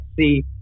see